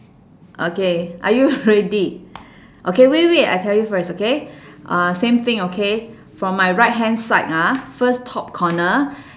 okay are you ready okay wait wait I tell you first okay uh same thing okay from my right hand side ah first top corner